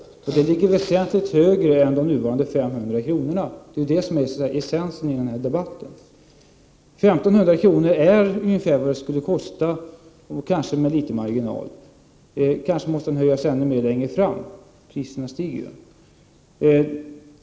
Det beloppet ligger väsentligt högre än de nuvarande 500 kronorna — det är essensen i den här debatten. 1 500 kr. är ungefär vad det skulle, kosta — kanske med litet marginal. Kanske måste premien höjas ännu mer längre fram; priserna stiger ju.